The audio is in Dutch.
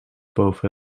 boven